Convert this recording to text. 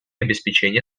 обеспечение